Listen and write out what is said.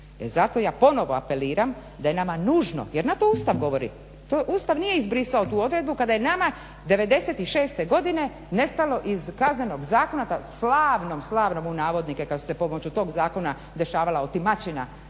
zato ja ponovno apeliram da je nama nužno jer na to Ustav govori, Ustav nije izbrisao tu odredbu kada je nama '96.godine nestalo iz Kaznenog zakona, slavnog, "slavnom" kao što se pomoću tog zakona dešavala otimačina